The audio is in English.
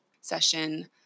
session